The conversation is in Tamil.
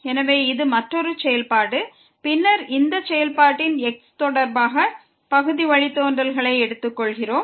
எனவே இது மற்றொரு செயல்பாடு பின்னர் இந்த செயல்பாட்டின் x தொடர்பாக பகுதி வழித்தோன்றல்களை எடுத்துக்கொள்கிறோம்